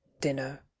dinner